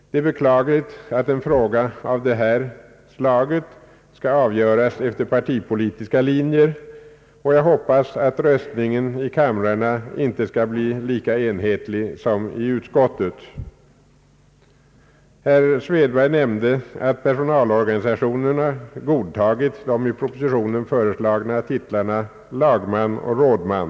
Det är beklagligt att en fråga av detta slag skall avgöras efter partipolitiska linjer, och jag hoppas att röstningen i kamrarna inte skall bli lika enhetlig som i utskottet. Herr Svedberg nämnde att personalorganisationerna godtagit de i propositionen föreslagna titlarna lagman och rådman.